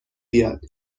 بیاد